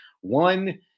one